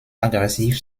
aggressiv